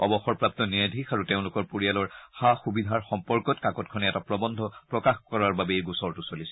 অৱসৰপ্ৰাপু ন্যায়াধীশ আৰু তেওঁলোকৰ পৰিয়ালৰ সা সুবিধা সম্পৰ্কত কাকতখনে এটা প্ৰবন্ধ প্ৰকাশ কৰাৰ বাবে এই গোচৰটো চলিছিল